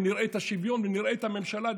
ונראה את השוויון ונראה את הממשלה,